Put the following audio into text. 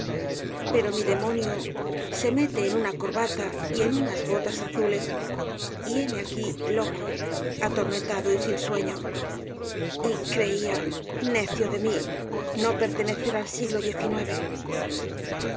pero mi demonio se mete en una corbata y en unas botas azules y heme aquí loco atormentado y sin sueño y creía necio de mí no pertenecer al siglo